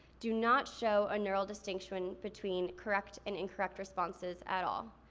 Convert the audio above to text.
do not show a neural distinction between correct and incorrect responses at all.